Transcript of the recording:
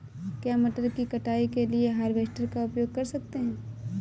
क्या मटर की कटाई के लिए हार्वेस्टर का उपयोग कर सकते हैं?